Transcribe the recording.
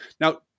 Now